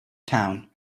town